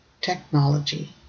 technology